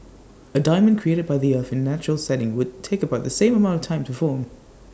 A diamond created by the earth in A natural setting would take about the same amount of time to form